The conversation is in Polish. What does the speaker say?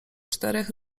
czterech